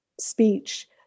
speech